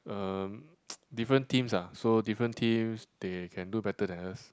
uh different teams ah so different teams they can do better than us